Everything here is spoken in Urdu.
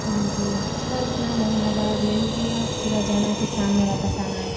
جی سر اتنا نہیں ہزار لے لیجیے گا صبح جانا ہے پھر شام میں واپس آنا ہے